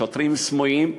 שוטרים סמויים,